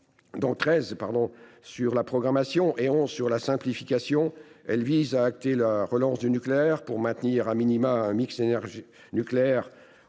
dont treize sur la programmation et onze sur la simplification, elle vise à acter la relance du nucléaire pour maintenir,, un mix nucléaire